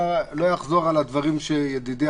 אני לא אחזור על הדברים שידידי,